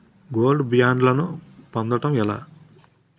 Gold బ్యాండ్లను పొందటం ఎలా?